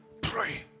pray